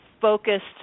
focused